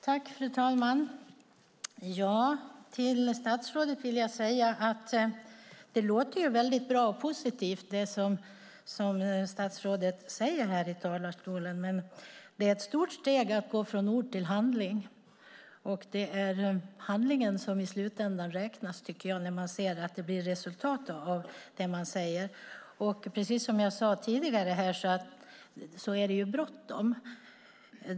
Fru talman! Det som statsrådet säger i talarstolen låter väldigt bra och positivt, men det är ett stort steg att gå från ord till handling. Det är handlingen som i slutändan räknas, det som blir resultat av det man säger. Som jag sade tidigare är det bråttom.